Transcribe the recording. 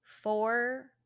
four